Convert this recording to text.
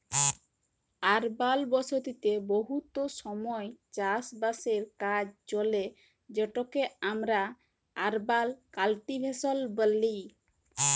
আরবাল বসতিতে বহুত সময় চাষ বাসের কাজ চলে যেটকে আমরা আরবাল কাল্টিভেশল ব্যলি